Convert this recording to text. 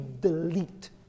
delete